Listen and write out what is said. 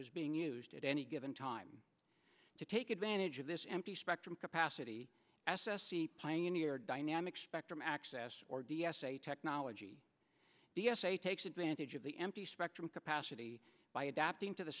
was being used at any given time to take advantage of this empty spectrum capacity s s c pioneered dynamic spectrum access or d s a technology d s a takes advantage of the empty spectrum capacity by adapting to the